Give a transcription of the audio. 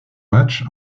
matchs